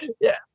yes